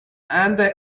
and